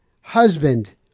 husband